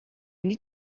need